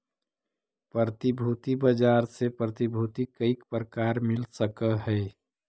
प्रतिभूति बाजार से प्रतिभूति कईक प्रकार मिल सकऽ हई?